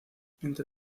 entre